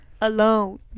alone